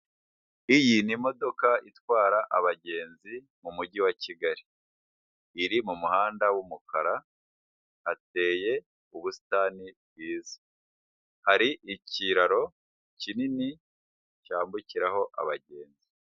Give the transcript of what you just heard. Iyi ni imodoka itwara abagenzi mu mujyi wa kigali. Iri mu muhanda w'umukara hateye ubusitani bwiza, hari ikiraro kinini cyambukiraho abagenzi.